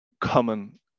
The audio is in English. common